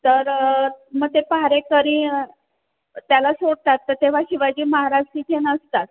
तर मग ते पहारेकरी त्याला सोडतात तर तेव्हा शिवाजी महाराज तिथे नसतात